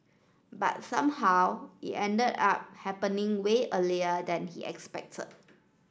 but somehow it ended up happening way earlier than he expected